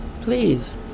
Please